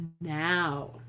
now